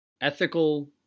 ethical